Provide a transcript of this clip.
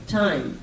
time